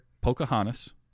Pocahontas